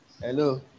Hello